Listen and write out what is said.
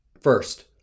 First